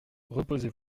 reposez